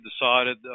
decided